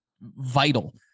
vital